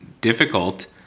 difficult